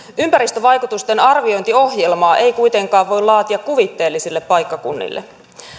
ympäristövaikutusten arviointiohjelmaa ei kuitenkaan voi laatia kuvitteellisille paikkakunnille